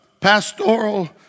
pastoral